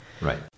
Right